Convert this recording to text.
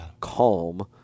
calm